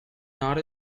not